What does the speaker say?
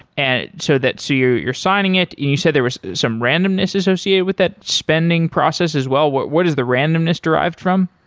and so that so you're you're signing it and you said there was some randomness associated with that, spending process as well. what what is the randomness derived from?